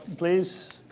please?